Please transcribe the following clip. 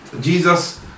jesus